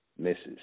misses